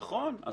נכון.